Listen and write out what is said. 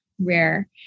rare